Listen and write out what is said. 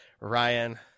Ryan